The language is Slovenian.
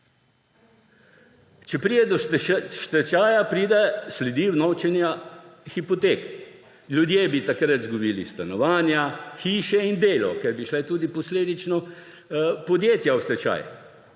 Če pride do stečaja, sledijo vnovčenja hipotek. Ljudje bi takrat izgubili stanovanja, hiše in delo, ker bi šla posledično tudi podjetja v stečaj.